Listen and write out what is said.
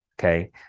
Okay